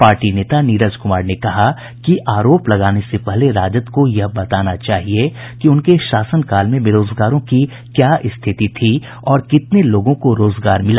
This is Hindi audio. पार्टी नेता नीरज कुमार ने कहा कि आरोप लगाने से पहले राजद को यह बताना चाहिए कि उनके शासनकाल में बेरोजगारों की क्या स्थिति थी और कितने लोगों को रोजगार मिला